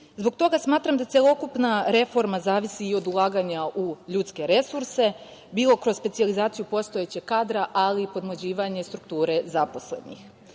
toga smatram da celokupna reforma zavisi i od ulaganja u ljudske resurse, bilo kroz specijalizaciju postojećeg kadra, ali i podmlađivanjem strukture zaposlenih. Uz